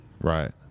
Right